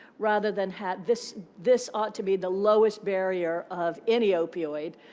rather than have this this ought to be the lowest barrier of any opioid.